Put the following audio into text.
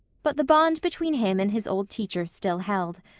but the bond between him and his old teacher still held.